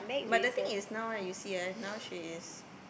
but the thing is now you see eh now she is